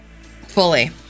Fully